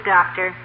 Doctor